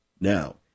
Now